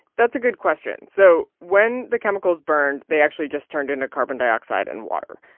that's a good question. so when the chemicals burned, they actually just turned into carbon dioxide and water.